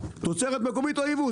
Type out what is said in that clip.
תוצרת מקומית או ייבוא,